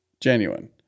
genuine